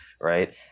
right